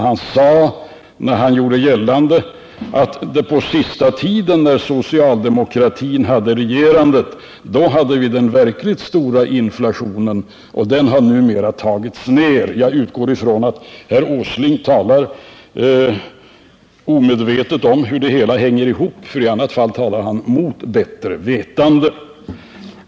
Han gjorde gällande att under den sista tiden då socialdemokratin hade regeringsmakten hade vi den verkligt stora inflationen, och den har numera tonats ned. Jag utgår ifrån att herr Åsling talar omedvetet om hur det hela hänger ihop, för i annat fall talar han mot bättre vetande.